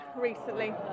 recently